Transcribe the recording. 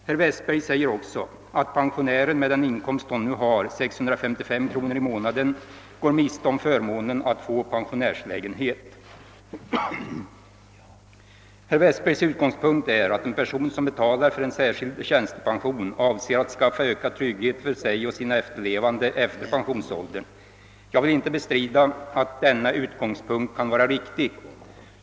Herr Westberg säger också att pensionären med den inkomst hon nu har — 655 kronor i månaden — går miste om förmånen att få pensionärslägenhet. Herr Westbergs utgångspunkt är att en person som betalar för en särskild tjänstepension avser att skaffa ökad trygghet för sig och sina efterlevande efter pensionsåldern. Jag vill inte bestrida att denna utgångspunkt kan vara riktig.